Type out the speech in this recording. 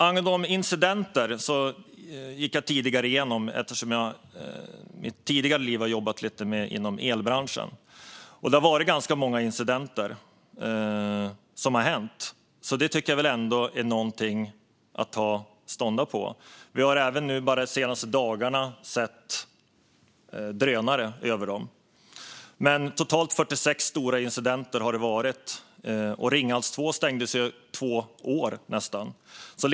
Angående incidenter har jag gått igenom det eftersom jag i mitt tidigare liv har jobbat lite inom elbranschen. Det har varit ganska många incidenter. Det tycker jag ändå är någonting att ta fasta på. Vi har även nu, de senaste dagarna, sett drönare över kärnkraftverk. Det har varit totalt 46 stora incidenter, och Ringhals 2 stängdes ju i nästan två år.